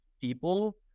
people